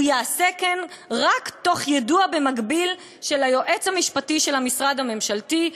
הוא יעשה כן רק תוך יידוע במקביל של היועץ המשפטי של המשרד הממשלתי,